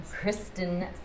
Kristen